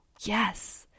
yes